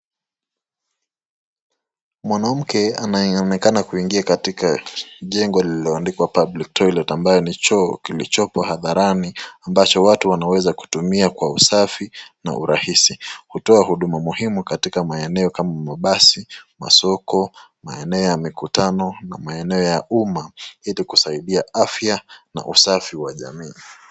Mwanamke anayeonekana kuingia katika jengo lililoandikwa public toilet ambayo ni choo kilichopo hadharani ambacho watu wanaweza kutumia kwa usafi na urahisi, hutoa huduma muhimu katika maeneo kama mabasi, masoko, maeneo ya mikutano na maeneo ya umma ili kusaidia afya na usafi wa jamii.